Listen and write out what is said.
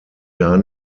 gar